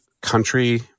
country